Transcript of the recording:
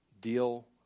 deal